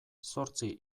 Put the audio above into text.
zortzi